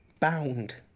bound.